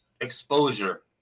exposure